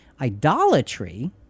Idolatry